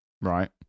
right